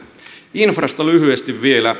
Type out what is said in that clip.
infrasta lyhyesti vielä